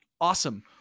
Awesome